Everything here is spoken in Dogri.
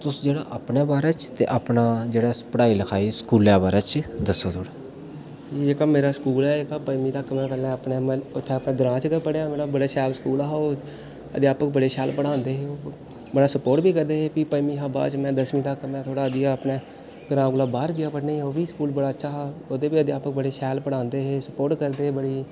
तुस जेह्ड़ा अपने बारै च ते अपना जेह्ड़ा पढ़ाई लिखाई स्कूलै दे बारै च दस्सो थोह्ड़ा जेह्का मेरा स्कूल ऐ जेह्का पंञमी तक्क में पैह्लें उत्थें अपने ग्रांऽ च पढ़ेआ मतलब बड़ा शैल स्कूल हा ओह् अध्यापक बड़ा शैल पढ़ांदे हे ओह् बड़ा स्पोर्ट बी करदे हे पंञमी शा बाद दसमीं तक्क में थोह्ड़ा जेहा ग्रांऽ कोला बाहर गेआ पढ़ने ई ओह्बी स्कूल बड़ा अच्छा हा ते ओह्दे अध्यापक बी बड़ा शैल पढ़ांदे हे स्पोर्ट करदे हे बड़ी